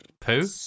poo